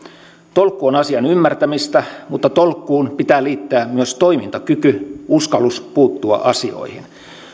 tolkku on asian ymmärtämistä mutta tolkkuun pitää liittää myös toimintakyky uskallus puuttua asioihin